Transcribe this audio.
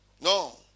No